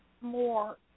more